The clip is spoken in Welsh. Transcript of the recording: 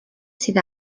sydd